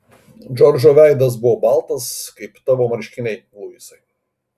džordžo veidas buvo baltas kaip tavo marškiniai luisai